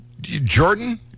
Jordan